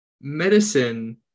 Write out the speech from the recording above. Medicine